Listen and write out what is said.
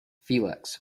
felix